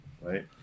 right